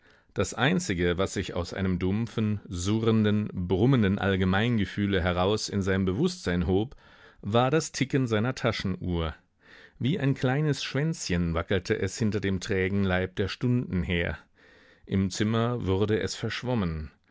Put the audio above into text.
das einzige was sich aus einem dumpfen surrenden brummenden allgemeingefühle heraus in sein bewußtsein hob war das ticken seiner taschenuhr wie ein kleines schwänzchen wackelte es hinter dem trägen leib der stunden her im zimmer wurde es verschwommen